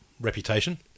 Reputation